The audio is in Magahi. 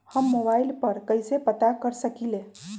हम मोबाइल पर कईसे पता कर सकींले?